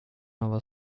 nova